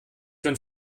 wenn